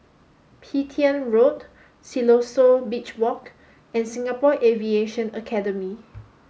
Petain Road Siloso Beach Walk and Singapore Aviation Academy